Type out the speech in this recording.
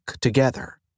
together